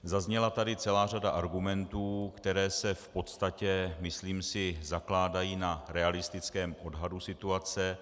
Zazněla tady celá řada argumentů, které se v podstatě, myslím si, zakládají na realistickém odhadu situace.